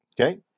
Okay